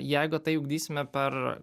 jeigu tai ugdysime per